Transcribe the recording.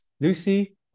Lucy